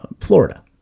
Florida